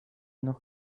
noch